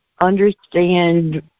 understand